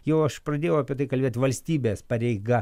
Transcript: jau aš pradėjau apie tai kalbėt valstybės pareiga